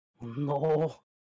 No